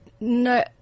No